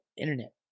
internet